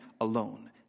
alone